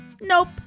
Nope